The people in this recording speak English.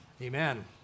Amen